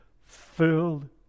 filled